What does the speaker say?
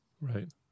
Right